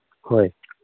ꯍꯣꯏ